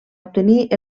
obtenir